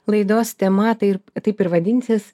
laidos tema tai ir taip ir vadinsis